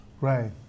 Right